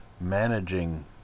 managing